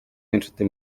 n’inshuti